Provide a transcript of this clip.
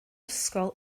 ysgol